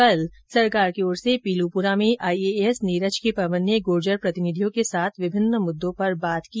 कल सरकार की ओर से पीलूपुरा में आईएएस नीरज के पवन ने गुर्जर प्रतिनिधियों के साथ विभिन्न मुद्दों पर बात की